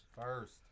First